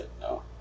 No